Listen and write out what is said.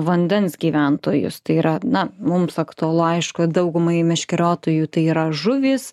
vandens gyventojus tai yra na mums aktualu aišku daugumai meškeriotojų tai yra žuvys